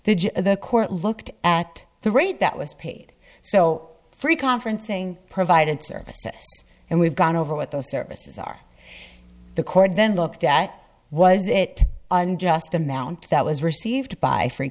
that the court looked at the rate that was paid so three conferencing provided services and we've gone over what those services are the court then looked at was it unjust amount that was received by free